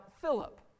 Philip